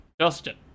Justin